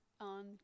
on